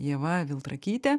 ieva viltrakytė